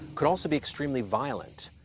could also be extremely violent.